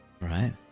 Right